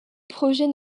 projet